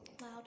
Loud